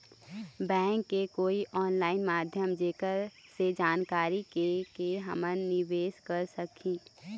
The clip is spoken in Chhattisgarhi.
बैंक के कोई ऑनलाइन माध्यम जेकर से जानकारी के के हमन निवेस कर सकही?